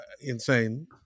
insane